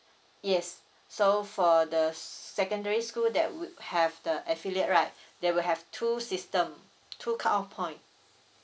yes so for the secondary school that would have the affiliate right they will have two system two cutoff point